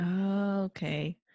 Okay